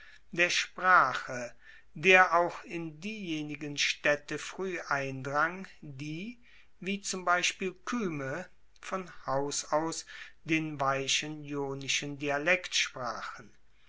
der sprache der auch in diejenigen staedte frueh eindrang die wie zum beispiel kyme von haus aus den weichen ionischen dialekt sprachen